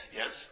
yes